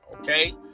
Okay